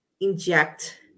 inject